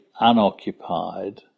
unoccupied